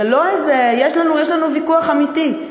יש לנו ויכוח אמיתי,